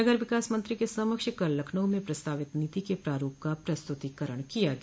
नगर विकास मंत्री के समक्ष कल लखनऊ में प्रस्तावित नीति के प्रारूप का प्रस्तुतिकरण किया गया